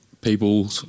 people